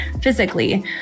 physically